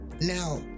Now